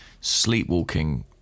sleepwalking